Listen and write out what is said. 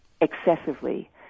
excessively